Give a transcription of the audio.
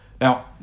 Now